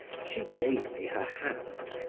she gave me her hand,